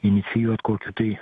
inicijuot kokių tai